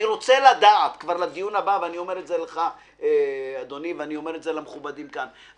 אני אומר את זה לך אדוני ואני אומר למכובדים כאן,